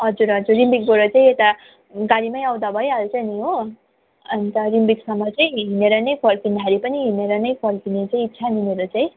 हजुर हजुर रिम्बिकबाट चाहिँ यता गाडीमा आउँदा भइहाल्छ नि हो अन्त रिम्बिकसम्म चाहिँ हिँडेर नै फर्किँदाखेरि पनि हिँडेर नै फर्किने इच्छा छ मेरो चाहिँ